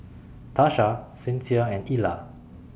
Tasha Sincere and Illa